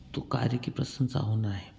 तो कार्य की प्रशंसा होना है